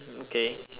okay